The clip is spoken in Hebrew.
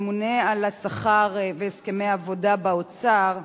הממונה על השכר והסכמי עבודה באוצר.